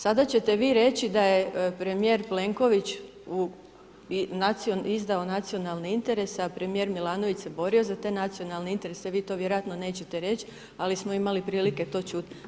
Sada ćete vi reći da je premijer Plenković izdao nacionalni interes, a premijer Milanović se borio za te nacionalne interese, vi to vjerojatno nećete reći, ali smo imali prilike to čuti.